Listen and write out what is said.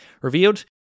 revealed